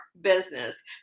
business